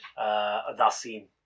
Dasim